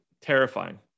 Terrifying